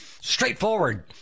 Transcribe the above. straightforward